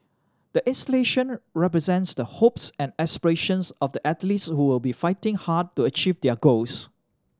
the installation represents the hopes and aspirations of the athletes who will be fighting hard to achieve their goals